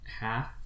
half